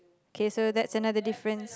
K so that's another difference